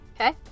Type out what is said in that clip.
Okay